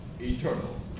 eternal